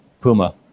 puma